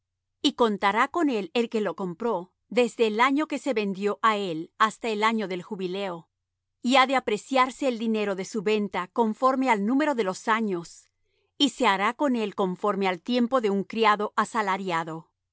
y contará con el que lo compró desde el año que se vendió á él hasta el año del jubileo y ha de apreciarse el dinero de su venta conforme al número de los años y se hará con él conforme al tiempo de un criado asalariado